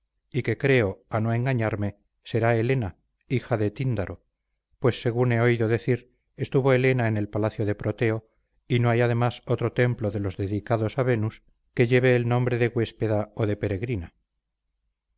y que creo a no engañarme será helena hija de tíndaro pues según he oído decir estuvo helena en el palacio de proteo y no hay además otro templo de los delicados a venus que llevo el renombre de huéspeda o de peregrina